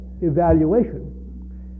evaluation